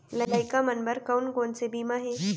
लइका मन बर कोन कोन से बीमा हे?